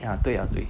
呀对呀对